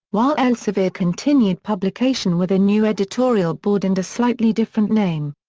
while elsevier continued publication with a new editorial board and a slightly different name.